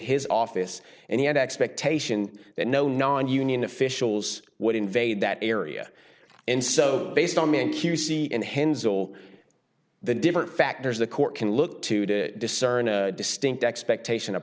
his office and he had expectation that no non union officials would invade that area and so based on man q c and hands all the different factors the court can look to to discern a distinct expectation of